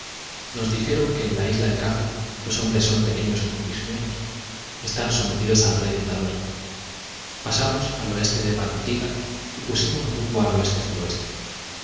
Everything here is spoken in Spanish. nos dijeron que en la isla de cafí los hombres son pequeños como pigmeos están sometidos al rey de tadore pasamos al oeste de batutiga y pusimos rumbo al oeste suroeste